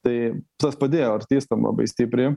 tai tas padėjo artistam labai stipriai